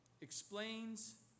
explains